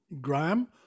Graham